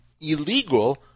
illegal